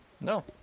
No